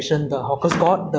K then